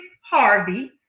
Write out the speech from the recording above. Harvey